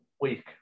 week